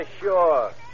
sure